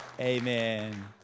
Amen